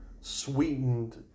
sweetened